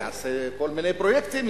יעשה כל מיני פרויקטים,